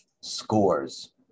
scores